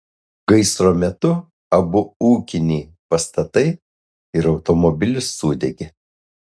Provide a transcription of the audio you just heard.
gaisro metu abu ūkiniai pastatai ir automobilis sudegė